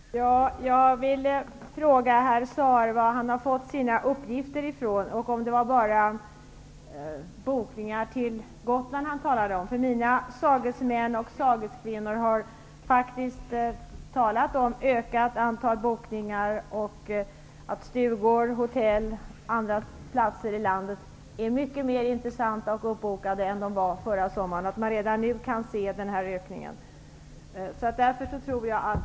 Herr talman! Jag vill fråga herr Zaar varifrån han har fått sina uppgifter och om han talade om enbart bokningar till Gotland. Mina sagesmän och sageskvinnor har faktiskt talat om ökat antal bokningar och att exempelvis stugor och hotell nu är mycket mer intressanta och uppbokade än vad de var förra sommaren. Man kan enligt dem redan nu se den här ökningen.